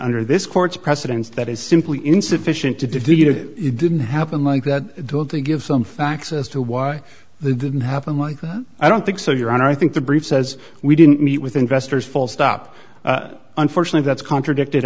under this court's precedents that is simply insufficient to defeat it it didn't happen like that though to give some facts as to why the didn't happen like that i don't think so your honor i think the brief says we didn't meet with investors full stop unfortunately that's contradicted